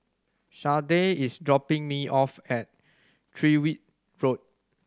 Sharday is dropping me off at Tyrwhitt Road